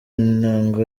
inanga